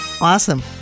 Awesome